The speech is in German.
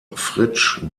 fritsch